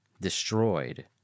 destroyed